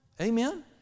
Amen